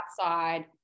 outside